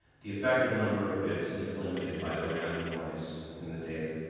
the effective number of bits is limited by the random noise in the data.